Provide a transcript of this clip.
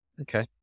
Okay